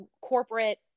corporate